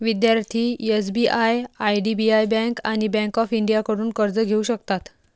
विद्यार्थी SBI IDBI bank आणि bank of इंडियाकडून कर्ज घेऊ शकतात